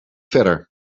verder